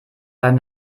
beim